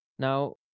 Now